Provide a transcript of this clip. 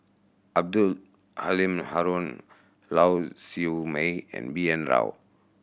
Abdul Halim Haron Lau Siew Mei and B N Rao